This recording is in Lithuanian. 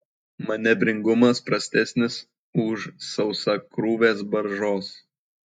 manevringumas prastesnis už sausakrūvės baržos